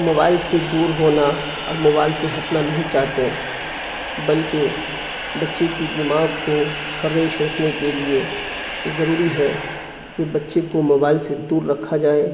mobile سے دور ہونا اور موبائل سے ہٹنا نہیں چاہتے بلکہ بچے کی دماغ کو فریش رکھنے کے لیے ضروری ہے کہ بچے کو موبائل سے دور رکھا جائے